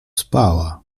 spała